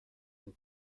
den